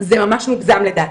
זה ממש מוגזם לדעתי.